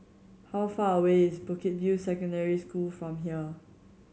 how far away is Bukit View Secondary School from here